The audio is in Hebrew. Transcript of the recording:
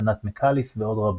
הצפנת מקאליס ועוד רבות.